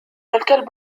الكلب